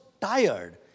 tired